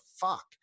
fuck